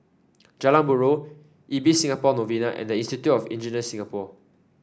Jalan Buroh Ibis Singapore Novena and Institute of Engineers Singapore